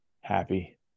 happy